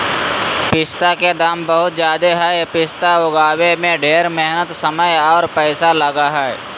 पिस्ता के दाम बहुत ज़्यादे हई पिस्ता उगाबे में ढेर मेहनत समय आर पैसा लगा हई